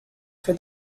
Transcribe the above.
for